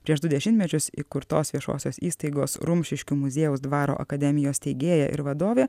prieš du dešimtmečius įkurtos viešosios įstaigos rumšiškių muziejaus dvaro akademijos steigėja ir vadovė